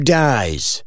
dies